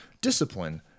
discipline